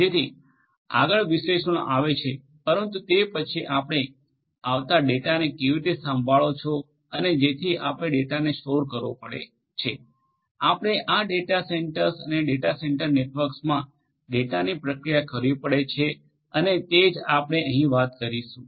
જેથી આગળ વિશ્લેષણો આવે છે પરંતુ તે પછી આપણે આવતા ડેટાને કેવી રીતે સંભાળો છો જેથી આપણે ડેટાને સ્ટોર કરવો પડે છે આપણે આ ડેટા સેન્ટર્સ અને ડેટા સેન્ટર નેટવર્કમાં ડેટાની પ્રક્રિયા કરવી પડે છે અને તે જ આપણે અહીં વાત કરીશું